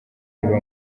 biba